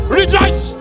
rejoice